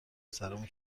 سرمون